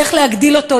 איך להגדיל אותו,